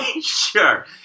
sure